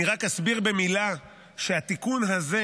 אני רק אסביר במילה שהתיקון הזה,